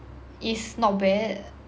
it's not bad